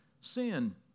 sin